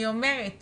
אני אומרת